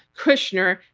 kushner,